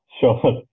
sure